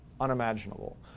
unimaginable